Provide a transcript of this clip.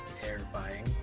terrifying